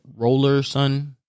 Rollerson